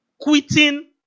Quitting